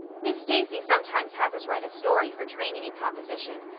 miss stacy sometimes has us write a story for training in composition,